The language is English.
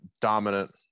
dominant